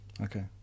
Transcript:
Okay